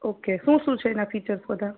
okay શું શું છે એના ફીચર્સ બધા